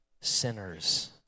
sinners